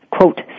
quote